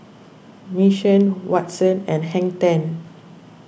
Mission Watsons and Hang ten